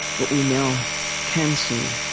what we now can see,